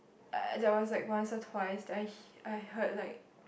uh there was like once or twice that I he~ I heard like